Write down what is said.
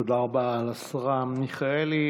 תודה רבה לשרה מרב מיכאלי.